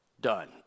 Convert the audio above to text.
done